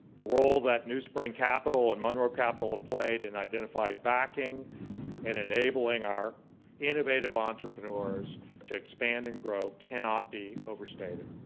the role that new spring capital and monroe capital had ah played in identified backing and enabling our innovative entrepreneurs to expanding growth cannot be overstated.